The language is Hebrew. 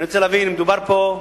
אני רוצה להבין, מדובר פה,